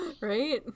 right